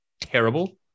terrible